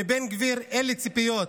מבן גביר אין לי ציפיות,